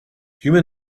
human